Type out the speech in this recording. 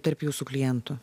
tarp jūsų klientų